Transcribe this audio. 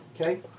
Okay